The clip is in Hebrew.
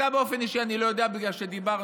אתה באופן אישי אני לא יודע, בגלל שדיברנו,